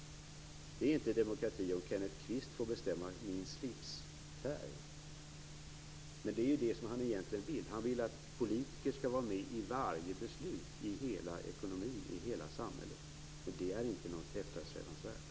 Det är inte demokrati om Kenneth Kvist får bestämma färgen på min slips. Det är det han vill. Han vill att politiker skall vara med i varje beslut i hela ekonomin i hela samhället. Det är inte något eftersträvansvärt.